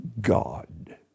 God